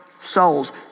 souls